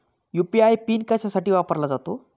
UPI PIN कशासाठी वापरला जातो?